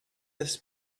this